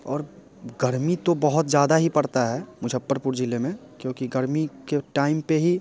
और गर्मी तो बहुत ज़्यादा ही पड़ता है मुज़्फ़्फ़रपुर ज़िले में क्योंकि गर्मी के टाइम पर ही